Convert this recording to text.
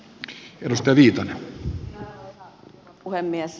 arvoisa herra puhemies